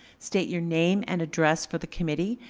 state your name and address for the committee.